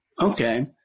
Okay